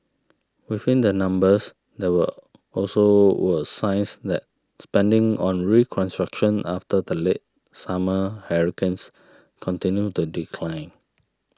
within the numbers there were also were signs that spending on reconstruction after the late summer hurricanes continued to decline